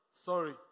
Sorry